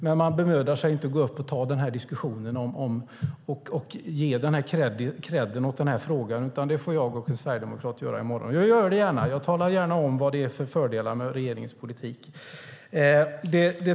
Men man bemödar sig inte om att gå upp och ta diskussionen och ge kredd åt den här frågan, utan det får jag och en sverigedemokrat göra i morgon. Jag gör det gärna. Jag talar gärna om vad det är för fördelar med regeringens politik.